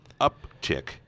uptick